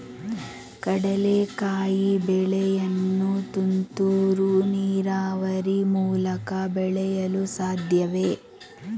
ಕಡ್ಲೆಕಾಯಿ ಬೆಳೆಯನ್ನು ತುಂತುರು ನೀರಾವರಿ ಮೂಲಕ ಬೆಳೆಯಲು ಸಾಧ್ಯವೇ?